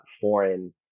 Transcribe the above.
foreign